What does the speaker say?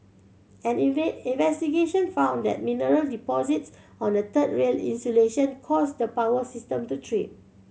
an investigation found that mineral deposits on the third rail insulation caused the power system to trip